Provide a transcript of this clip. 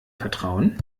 vertrauen